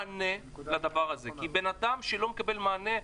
מענה לדבר הזה, כי בן אדם שלא מקבל מענה,